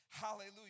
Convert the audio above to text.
Hallelujah